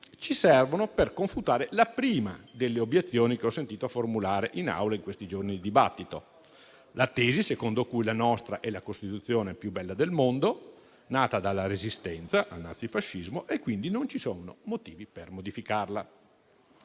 ci servono per confutare la prima delle obiezioni che ho sentito formulare in Aula in questi giorni di dibattito. Mi riferisco alla tesi secondo cui la nostra è la Costituzione più bella del mondo, nata dalla Resistenza al nazifascismo, e quindi non ci sono motivi per modificarla.